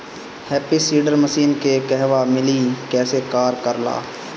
Happy seeder machine के कहवा मिली कैसे कार कर ला?